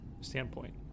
standpoint